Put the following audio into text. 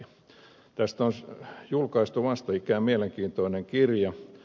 tästä on julkaistu vastikään mielenkiintoinen kirja